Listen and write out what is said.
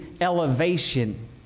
elevation